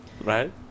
Right